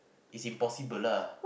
it's impossible lah